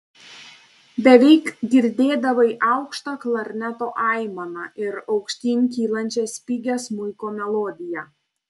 beveik girdėdavai aukštą klarneto aimaną ir aukštyn kylančią spigią smuiko melodiją